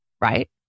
Right